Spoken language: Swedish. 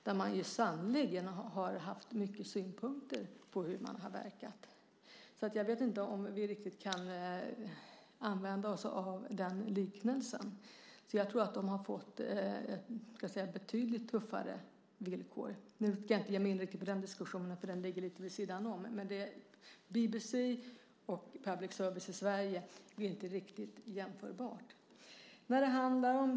Där har det sannerligen varit mycket synpunkter på hur man har verkat, så jag vet inte om vi riktigt kan använda oss av den liknelsen. Jag tror att de har fått, skulle jag vilja säga, betydligt tuffare villkor. Jag ska inte nu ge mig in på den diskussionen, för den ligger lite vid sidan av. Men BBC och public service är inte riktigt jämförbara.